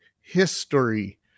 history